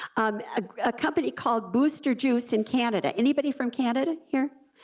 um ah a company called booster juice in canada, anybody from canada here?